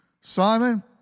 Simon